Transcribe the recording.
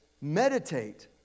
meditate